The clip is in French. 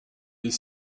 est